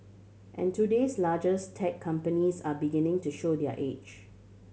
and today's largest tech companies are beginning to show their age